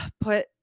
put